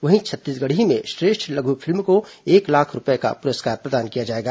वहीं छत्तीसगढ़ी में श्रेष्ठ लघु फिल्म को एक लाख रूपए का पुरस्कार प्रदान किया जाएगा